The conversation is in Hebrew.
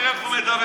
תראה איך הוא מדבר.